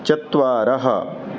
चत्वारः